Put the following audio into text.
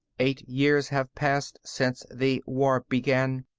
eight years have passed since the war began.